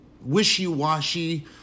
wishy-washy